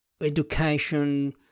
education